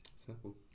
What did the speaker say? Simple